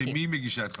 למי היא מגישה?